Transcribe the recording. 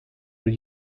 were